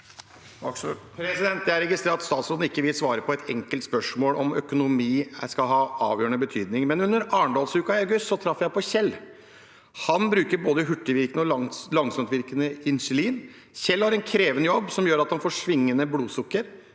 Jeg registrerer at statsråden ikke vil svare på et enkelt spørsmål om hvorvidt økonomi skal ha avgjørende betydning. Under Arendalsuka i august traff jeg på Kjell. Han bruker både hurtigvirkende og langsomtvirkende insulin. Kjell har en krevende jobb som gjør at han får svingende blodsukker.